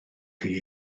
chi